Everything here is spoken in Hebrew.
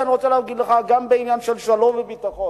אני רוצה להגיד לך גם בעניין של שלום וביטחון: